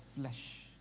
flesh